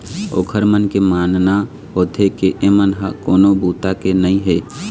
ओखर मन के मानना होथे के एमन ह कोनो बूता के नइ हे